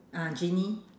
ah genie